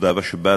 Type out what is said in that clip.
תודה רבה שבאתם,